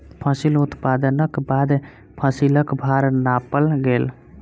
फसिल उत्पादनक बाद फसिलक भार नापल गेल